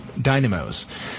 Dynamos